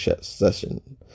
session